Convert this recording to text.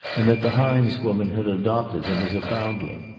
and that the hines woman had adopted him as a foundling.